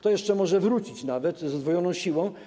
To jeszcze może wrócić nawet ze zdwojoną siłą.